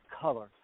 color